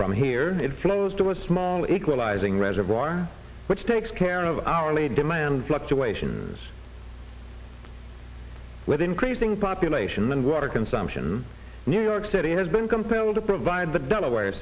from here it flows to a small equalizing reservoir which takes care of our lead demand fluctuations with increasing population and water consumption new york city has been compelled to provide the delaware